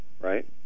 right